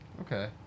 Okay